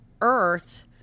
earth